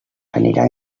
anirà